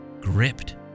gripped